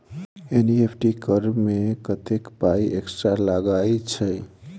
NEFT करऽ मे कत्तेक पाई एक्स्ट्रा लागई छई?